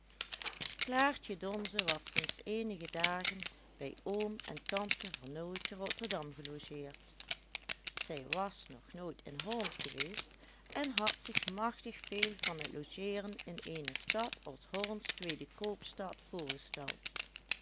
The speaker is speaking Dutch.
klaartje donze was sinds eenige dagen bij oom en tante vernooy te rotterdam gelogeerd zij was nog nooit in holland geweest en had zich machtig veel van het logeeren in eene stad als hollands tweede koopstad voorgesteld